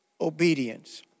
obedience